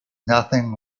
nothing